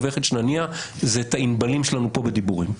הדבר היחיד שנניע זה את הענבלים שלנו כאן בדיבורים.